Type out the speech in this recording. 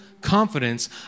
confidence